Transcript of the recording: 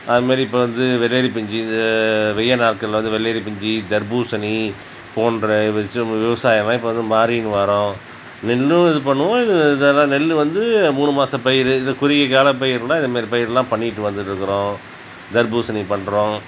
அதை மாதிரி இப்போ வந்து வெள்ளரி பிஞ்சு வெய்யில் நாட்களில் வந்து வெள்ளரி பிஞ்சு தர்பூசிணி போன்ற வெஜிடேபிள்ஸ் விவசாயம்லாம் இப்போ மாறிகிட்டு வரோம் இன்னும் இது பண்ணுவோம் இது ஆனால் நெல் வந்து மூணு மாத பயிர் குறுகிய கால பயிர்னால் இந்த மாதிரி பயிரெல்லாம் பண்ணிட்டு வந்துட்டிருக்குறோம் தர்பூசணி பண்ணுறோம்